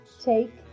Take